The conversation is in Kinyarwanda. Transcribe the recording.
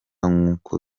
nk’uko